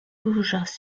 rouge